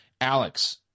alex